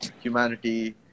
humanity